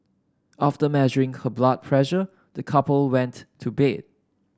after measuring her blood pressure the couple went to bed